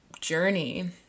journey